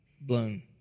blown